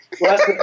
last